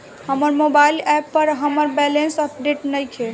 हमर mobile app पर हमर बैलेंस अपडेट नइखे